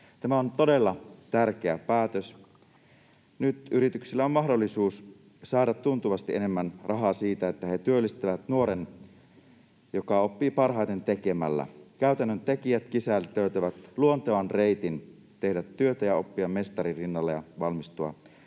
Tämä on todella tärkeä päätös. Nyt yrityksillä on mahdollisuus saada tuntuvasti enemmän rahaa siitä, että he työllistävät nuoren, joka oppii parhaiten tekemällä. Käytännön tekijät, kisällit löytävät luontevan reitin tehdä työtä ja oppia mestarin rinnalla ja valmistua